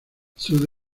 sud